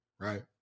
right